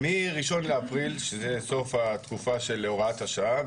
מ-1 באפריל שזה סוף התקופה של הוראת השעה,